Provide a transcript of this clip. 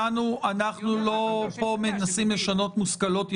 אנחנו לא מנסים פה לשנות מושכלות יסוד,